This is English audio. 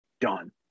done